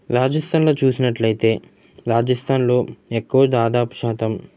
రాజస్థాన్లో చూసినట్లయితే రాజస్థాన్లో ఎక్కువ దాదాపు శాతం